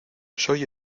soy